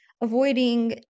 Avoiding